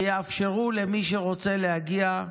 ויאפשרו למי שרוצה להגיע,